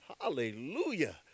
Hallelujah